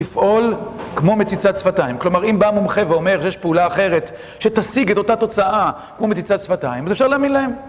לפעול כמו מציצת שפתיים. כלומר אם בא מומחה ואומר שיש פעולה אחרת שתשיג את אותה תוצאה כמו מציצת שפתיים, אז אפשר להאמין להם.